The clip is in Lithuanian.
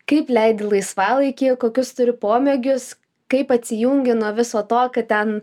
kaip leidi laisvalaikį kokius turi pomėgius kaip atsijungi nuo viso to ką ten